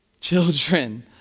Children